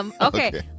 Okay